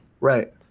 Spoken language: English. Right